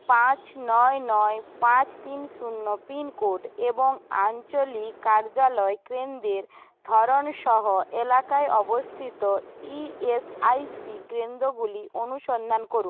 পাঁচ নয় নয় পাঁচ তিন শূন্য পিনকোড এবং আঞ্চলিক কার্যালয় কেন্দ্রের ধরণ সহ এলাকায় অবস্থিত ইএসআইসি কেন্দ্রগুলি অনুসন্ধান করুন